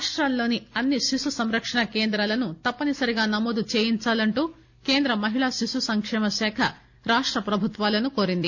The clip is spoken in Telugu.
రాష్టాల్లోని అన్ని శిశు సంరక్షణ కేంద్రాలను తప్పనిసరిగా నమోదు చేయించాలంటూ కేంద్ర మహిళాశిశు సంకేమ శాఖ రాష్టప్రభుత్వాలను కోరింది